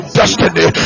destiny